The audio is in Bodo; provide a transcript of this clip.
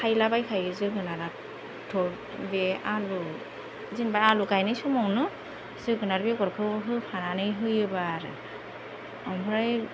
थायमा बायखायो जोगोनाराथ' बे आलु जेनेबा आलु गायनाय समावनो जोगोनार बेगरखौ होफानानै होयोब्ला आरो ओमफ्राय